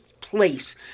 place